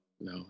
no